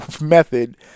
method